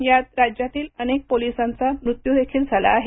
यात राज्यातील अनेक पोलिसांचा मृत्यूदेखील झाला आहे